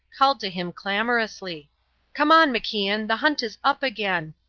called to him clamorously come on, macian, the hunt is up again.